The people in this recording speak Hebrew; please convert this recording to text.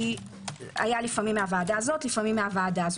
היה לפעמים מהוועדה הזאת ולפעמים מזאת.